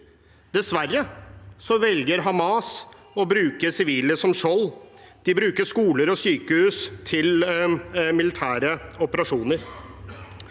Dessverre velger Hamas å bruke sivile som skjold. De bruker skoler og sykehus til militære operasjoner.